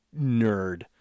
nerd